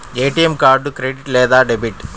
ATM card credit లేదా debit?